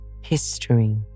history